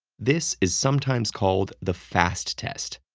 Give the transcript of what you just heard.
this is sometimes called the fast test,